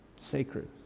Sacred